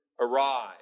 arise